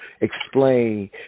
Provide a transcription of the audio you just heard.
explain